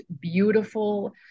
beautiful